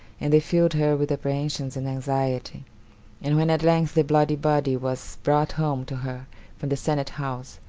and they filled her with apprehension and anxiety and when at length the bloody body was brought home to her from the senate-house,